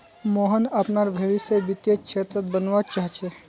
मोहन अपनार भवीस वित्तीय क्षेत्रत बनवा चाह छ